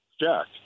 Jack